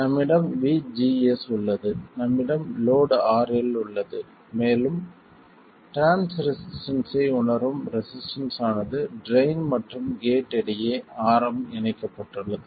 நம்மிடம் vgs உள்ளது நம்மிடம் லோட் RL உள்ளது மேலும் டிரான்ஸ் ரெசிஸ்டன்ஸ்ஸை உணரும் ரெசிஸ்டன்ஸ் ஆனது ட்ரைன் மற்றும் கேட் இடையே Rm இணைக்கப்பட்டுள்ளது